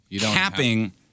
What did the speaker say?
capping